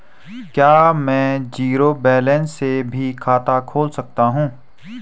क्या में zero balance से भी खाता खोल सकता हूँ?